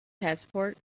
passport